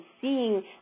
seeing